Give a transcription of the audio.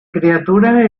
criaturas